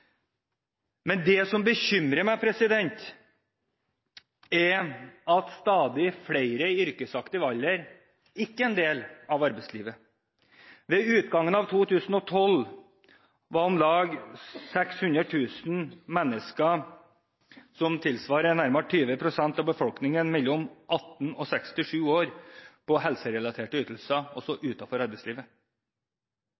Men det som bekymrer meg, er at stadig flere i yrkesaktiv alder ikke er en del av arbeidslivet. Ved utgangen av 2012 var om lag 600 000 mennesker, som tilsvarer nærmere 20 pst. av befolkningen mellom 18 og 67 år, på helserelaterte ytelser,